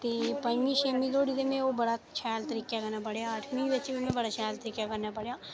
ते पंजमी छेमी धोड़ी ते में ओह् बड़ा शैल तरीके कन्नै पढ़ेआ अट्ठमीं बिच बी में बड़ा शैल तरीके कन्नै पढ़ेआ